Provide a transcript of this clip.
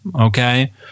Okay